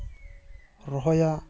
ᱨᱚᱦᱚᱭᱟ